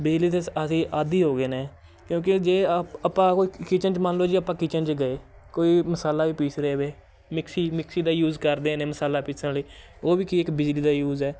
ਬਿਜਲੀ ਦੇ ਸ ਅਸੀਂ ਆਦੀ ਹੋ ਗਏ ਨੇ ਕਿਉਂਕਿ ਜੇ ਆਪਾਂ ਕੋਈ ਕਿਚਨ 'ਚ ਮੰਨ ਲਓ ਜੇ ਆਪਾਂ ਕਿਚਨ 'ਚ ਗਏ ਕੋਈ ਮਸਾਲਾ ਵੀ ਪੀਸ ਰਹੇ ਵੇ ਮਿਕਸੀ ਮਿਕਸੀ ਦਾ ਯੂਜ ਕਰਦੇ ਨੇ ਮਸਾਲਾ ਪੀਸਣ ਲਈ ਉਹ ਵੀ ਕੀ ਇੱਕ ਬਿਜਲੀ ਦਾ ਯੂਜ਼ ਹੈ